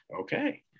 okay